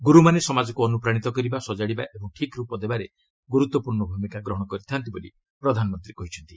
ଗୁରୁମାନେ ସମାଜକୁ ଅନୁପ୍ରାଣିତ କରିବା ସଜାଡ଼ିବା ଓ ଠିକ୍ ରୂପ ଦେବାରେ ଗୁରୁତ୍ୱପୂର୍ଣ୍ଣ ଭୂମିକା ଗ୍ରହଣ କରିଥାନ୍ତି ବୋଲି ପ୍ରଧାନମନ୍ତ୍ରୀ କହିଛନ୍ତି